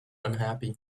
unhappy